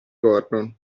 gordon